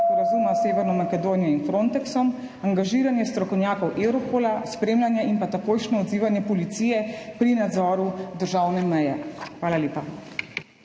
sporazuma s Severno Makedonijo in Frontexom, angažiranje strokovnjakov Europola, spremljanje in pa takojšnje odzivanje policije pri nadzoru državne meje. Hvala lepa.